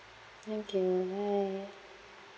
thank you bye bye